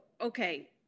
okay